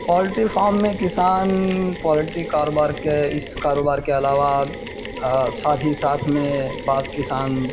poultry farm میں کسان poultry کاروبار کے اس کاروبار کے علاوہ ساتھ ہی ساتھ میں بعض کسان